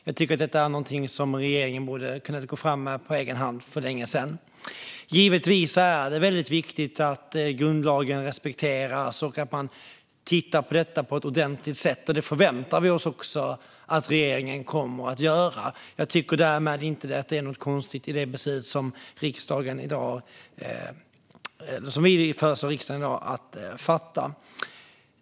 Jag tycker att detta är någonting som regeringen borde ha kunnat gå fram med på egen hand och för länge sedan. Givetvis är det väldigt viktigt att grundlagen respekteras och att man tittar på detta på ett ordentligt sätt. Det förväntar vi oss också att regeringen kommer att göra. Jag tycker därmed inte att det är något konstigt i det beslut som vi i dag föreslår riksdagen att fatta.